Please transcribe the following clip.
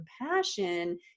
compassion